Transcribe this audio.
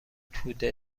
توده